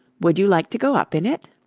would you like to go up in it?